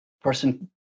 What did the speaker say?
person